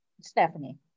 Stephanie